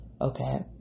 Okay